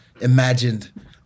imagined